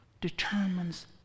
determines